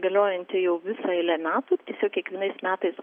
galiojanti jau visą eilę metų tiesiog kiekvienais metais